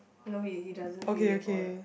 no he he doesn't say hey boy ah